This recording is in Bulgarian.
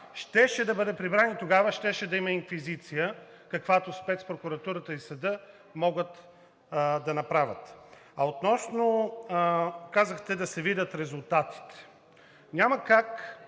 щеше да бъде прибран и тогава щеше да има инквизиция, каквато Спецпрокуратурата и съдът могат да направят. Казахте да се видят резултатите. Няма как